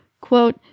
quote